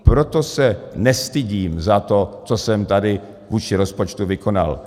Proto se nestydím za to, co jsem tady vůči rozpočtu vykonal.